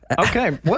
Okay